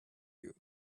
you